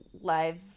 live